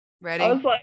Ready